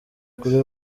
kuri